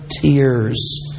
tears